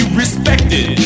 respected